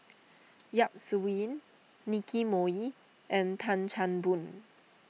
Yap Su Yin Nicky Moey and Tan Chan Boon